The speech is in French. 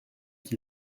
qui